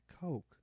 Coke